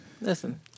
Listen